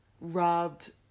robbed